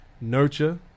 Nurture